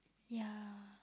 ya